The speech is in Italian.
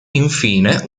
infine